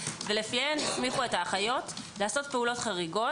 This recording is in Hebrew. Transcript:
ולפיהן הסמיכו את האחיות לעשות פעולות חריגות